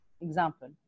example